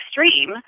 extreme